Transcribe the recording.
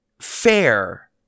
fair